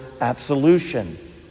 absolution